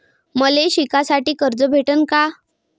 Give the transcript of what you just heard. मले शिकासाठी कर्ज भेटन का?